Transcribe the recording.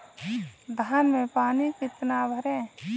धान में पानी कितना भरें?